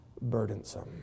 burdensome